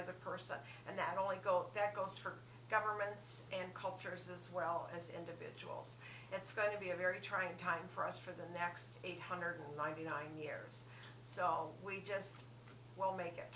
other person and that only go that goes for governments and cultures as well as individuals that's going to be a very trying time for us for the next eight hundred ninety nine years so we just won't make it